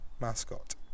mascot